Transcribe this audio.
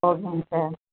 ஓகேங்க சார்